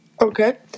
Okay